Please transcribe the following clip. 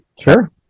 Sure